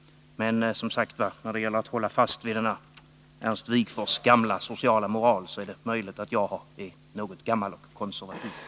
Men när det gäller att hålla fast vid denna Ernst Wigforss gamla sociala moral är det möjligt att jag är något gammalkonservativ.